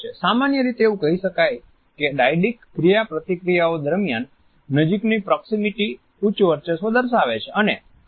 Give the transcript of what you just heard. સામાન્ય રીતે એવું કહી શકાય કે ડાયડીક ક્રિયાપ્રતિક્રિયાઓ દરમિયાન નજીકની પ્રોક્સિમેટી ઉચ્ચ વર્ચસ્વ દર્શાવે છે